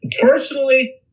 Personally